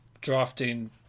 drafting